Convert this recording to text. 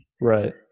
right